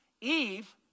Eve